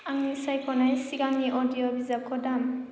आंनि सायख'नाय सिगांनि अडिय' बिजाबखौ दाम